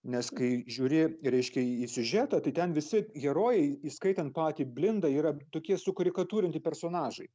nes kai žiūri reiškia į siužetą tai ten visi herojai įskaitant patį blindą yra tokie sukarikatūrinti personažai